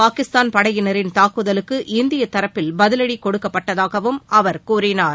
பாகிஸ்தான் படையினரின் தாக்குதலுக்கு இந்தியத் தரப்பில் பதிலடி கொடுக்கப்பட்டதாகவும் அவர் கூறினார்